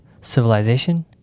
Civilization